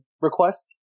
request